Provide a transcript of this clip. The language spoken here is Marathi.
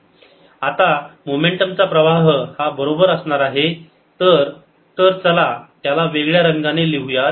momentum densityc Sc2 Sc आता मोमेंटमचा प्रवाह हा बरोबर असणार आहे तर तर चला त्याला वेगळ्या रंगाने लिहूयात